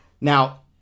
Now